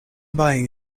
buying